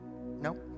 No